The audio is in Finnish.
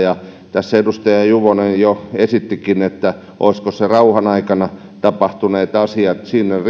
tässä edustaja juvonen jo esittikin että olisiko siinä rajana rauhan aikana tapahtuneet asiat siinä